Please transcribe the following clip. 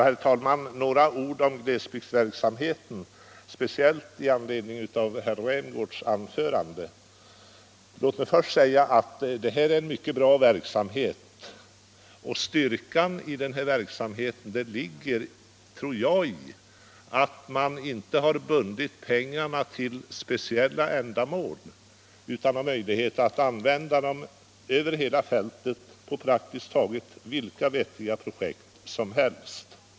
Herr talman! Några ord om glesbygdsverksamheten, speciellt i anledning av herr Rämgårds anförande. Det är en mycket bra verksamhet, och styrkan i den tror jag ligger i att pengarna inte har bundits till speciella ändamål utan kan användas över hela fältet på praktiskt taget vilka vettiga projekt som helst.